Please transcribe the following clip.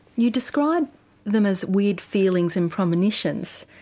you describe them as weird feelings and premonitions,